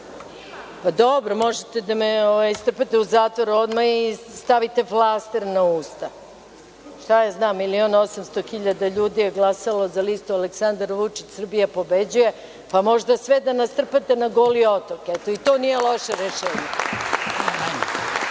dobro, možete da me strpate u zatvor odmah i stavite flaster na usta. Šta ja znam, 1.800.000 ljudi je glasalo za listu „Aleksandar Vučić – Srbija pobeđuje“, pa možete sve da nas strpate na Goli otok. Eto, i to nije loše rešenje. Možda